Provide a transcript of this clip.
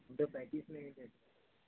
دو پینتس میں ایک ہے